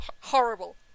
horrible